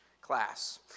class